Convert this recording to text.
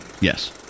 Yes